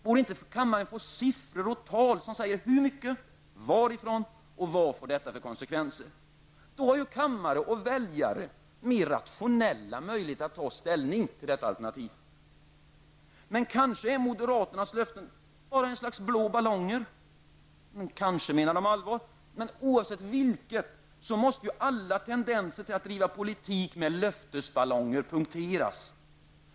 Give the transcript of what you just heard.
Borde inte kammaren få siffror som säger hur mycket, varifrån och vilka konsekvenser detta får? Då har ju kammaren och väljarna möjlighet att ta ställning på mer rationella grunder. Kanske är moderaternas löften bara blå ballonger, kanske menar de allvar. Oavsett vilket så måste alla tendenser till att driva politik med löftesballonger punkteras.